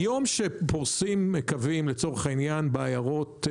היום כשפורסים קווים, לצורך העניין, בעיירות,